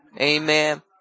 Amen